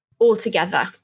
altogether